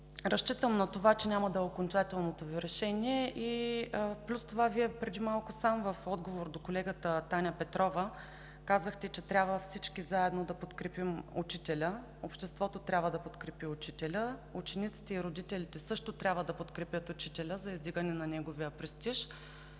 разчитам, че това няма да е окончателното Ви решение. Вие преди малко в отговор до колегата Таня Петрова казахте, че трябва всички заедно да подкрепим учителя, обществото трябва да подкрепи учителя, учениците и родителите също трябва да подкрепят учителя за издигане на неговия престиж.